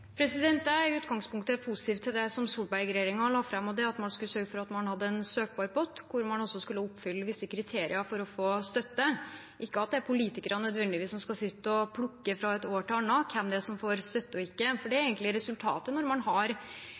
Jeg er i utgangspunktet positiv til det Solberg-regjeringen la fram, og det er at man skulle sørge for en søkbar pott, hvor man også skulle oppfylle visse kriterier for å få støtte – ikke at det nødvendigvis er politikerne som skal sitte og plukke fra et år til et annet hvem som får støtte og ikke. Det er egentlig resultatet når man har